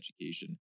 education